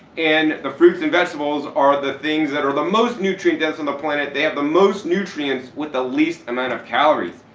and the fruits and vegetables are the things that are the most nutrient dense on the planet, they have the most nutrients with the least amount of calories.